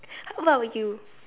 how about you